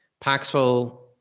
Paxful